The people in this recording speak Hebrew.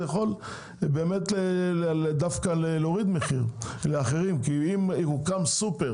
זה יכול דווקא להוריד מחיר לאחרים כי אם יוקם סופר